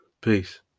Peace